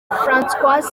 françois